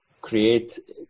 create